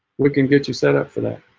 we can get you set up for that